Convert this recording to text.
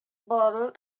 bottle